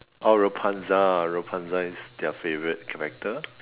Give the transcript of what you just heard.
oh Rapunzel Rapunzel is their favourite character